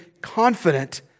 confident